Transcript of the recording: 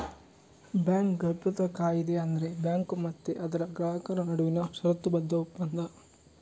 bank ಗೌಪ್ಯತಾ ಕಾಯಿದೆ ಅಂದ್ರೆ ಬ್ಯಾಂಕು ಮತ್ತೆ ಅದರ ಗ್ರಾಹಕರ ನಡುವಿನ ಷರತ್ತುಬದ್ಧ ಒಪ್ಪಂದ